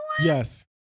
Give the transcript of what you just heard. Yes